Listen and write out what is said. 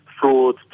fraud